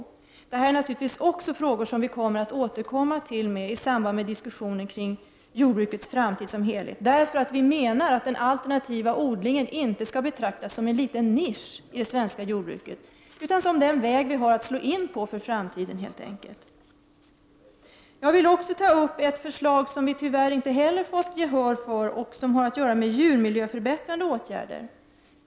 Detta är frågor som vi naturligtvis får återkomma till i samband med diskussioner om jordbrukets framtid i dess helhet. Vi menar att den alternativa odlingen inte skall betraktas som en liten nisch i det svenska jordbruket, utan helt enkelt som den väg som vi har att gå in på inför framtiden. Jag vill också ta upp ett förslag som vi tyvärr inte heller fått gehör för och som har att göra med djurmiljöförbättrande åtgärder.